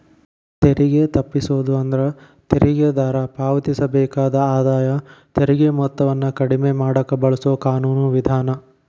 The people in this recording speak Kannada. ತೆರಿಗೆ ತಪ್ಪಿಸೋದು ಅಂದ್ರ ತೆರಿಗೆದಾರ ಪಾವತಿಸಬೇಕಾದ ಆದಾಯ ತೆರಿಗೆ ಮೊತ್ತವನ್ನ ಕಡಿಮೆ ಮಾಡಕ ಬಳಸೊ ಕಾನೂನು ವಿಧಾನ